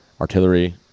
artillery